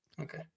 Okay